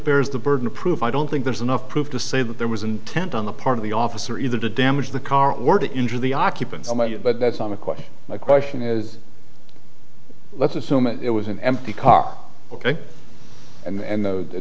bears the burden of proof i don't think there's enough proof to say that there was intent on the part of the officer either to damage the car or to injure the occupants but that's not my question my question is let's assume it was an empty car ok and the